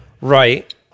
Right